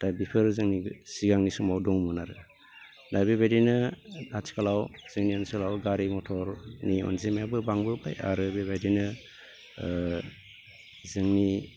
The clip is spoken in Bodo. दा बेफोरो जोंनि सिगांनि समाव दंमोन आरो दा बेबायदिनो आथिखालाव जोंनि ओनसोलाव गारि मथरनि अनजिमायाबो बांबोबाय आरो बेबायदिनो ओ जोंनि